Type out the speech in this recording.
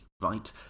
right